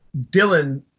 Dylan